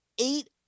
eight